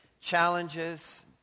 challenges